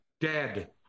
dead